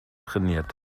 trainiert